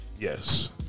Yes